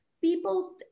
people